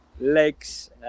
Legs